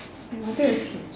I wanted to teach